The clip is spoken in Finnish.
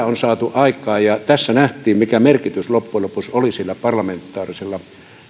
on saatu aikaan ja tässä nähtiin mikä merkitys loppujen lopuksi oli sillä parlamentaarisella